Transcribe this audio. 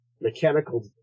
mechanical